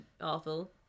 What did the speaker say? awful